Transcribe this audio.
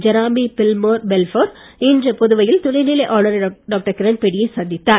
Jeremy Pilmore Bedford இன்று புதுவையில் துணைநிலை ஆளுநர் டாக்டர் கிரண்பேடியை சந்தித்தார்